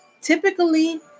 typically